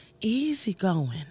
easygoing